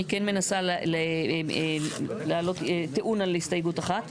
אני כן מנסה להעלות טיעון על הסתייגות אחת.